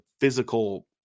physical –